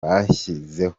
bashyizeho